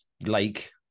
lake